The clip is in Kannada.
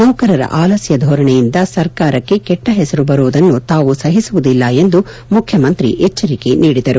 ನೌಕರರ ಆಲಸ್ನ ಧೋರಣೆಯಿಂದ ಸರ್ಕಾರಕ್ಕೆ ಕೆಟ್ಸ ಹೆಸರು ಬರುವುದನ್ನು ತಾವು ಸಹಿಸುವುದಿಲ್ಲ ಎಂದು ಮುಖ್ಯಮಂತ್ರಿ ಎಚ್ಚರಿಕೆ ನೀಡಿದರು